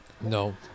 No